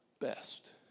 best